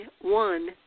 one